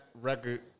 record